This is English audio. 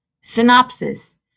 Synopsis